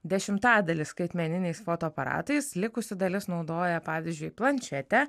dešimtadalis skaitmeniniais fotoaparatais likusi dalis naudoja pavyzdžiui planšetę